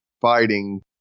fighting